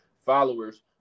followers